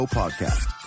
podcast